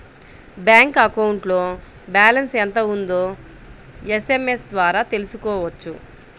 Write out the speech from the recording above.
bank అకౌంట్లో balance ఎంత ఉందో ఎస్ఎంఎస్ ద్వారా తెలుసుకోవచ్చు